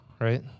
right